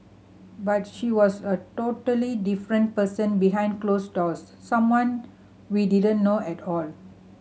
but she was a totally different person behind closed doors someone we didn't know at all